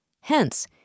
Hence